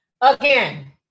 Again